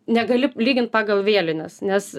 negali lygint pagal vėlines nes